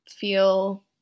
feel